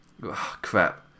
crap